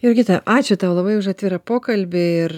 jurgita ačiū tau labai už atvirą pokalbį ir